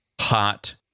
hot